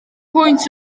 pwynt